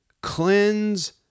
Cleanse